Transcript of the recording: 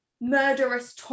murderous